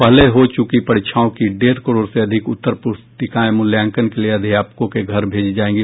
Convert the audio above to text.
पहले हो चुकी परीक्षाओं की डेढ़ करोड़ से अधिक उत्तर पुस्तिकाएं मूल्यांकन के लिए अध्यापकों के घर भेजी जाएंगी